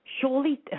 surely